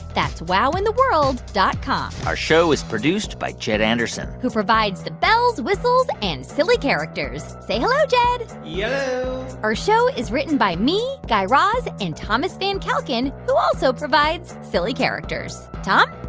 that's wowintheworld dot com our show is produced by jed anderson who provides the bells, whistles and silly characters. say hello, jed yello yeah our show is written by me, guy raz and thomas van kalken, who also provides silly characters. tom?